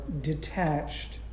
detached